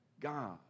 God